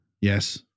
Yes